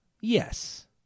Yes